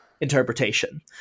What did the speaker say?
interpretation